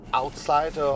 outside